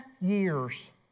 years